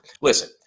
listen